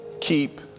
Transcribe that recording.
keep